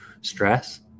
stress